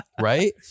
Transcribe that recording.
Right